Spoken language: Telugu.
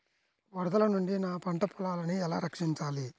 వరదల నుండి నా పంట పొలాలని ఎలా రక్షించాలి?